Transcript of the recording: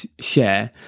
share